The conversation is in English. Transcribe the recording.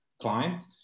clients